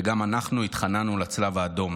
וגם אנחנו התחננו לצלב האדום.